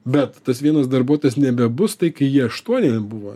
bet tas vienas darbuotojas nebebus tai kai jie aštuoni buvo